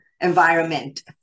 environment